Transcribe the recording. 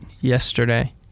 yesterday